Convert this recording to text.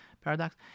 paradox